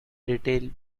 detail